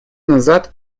назад